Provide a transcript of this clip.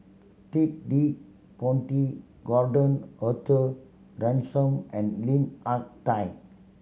Ted De Ponti Gordon Arthur Ransome and Lim Hak Tai